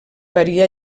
varia